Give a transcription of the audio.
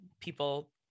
people